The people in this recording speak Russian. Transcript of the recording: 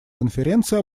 конференции